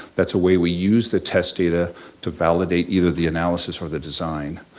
that's a way we use the test data to validate either the analysis or the design.